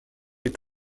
est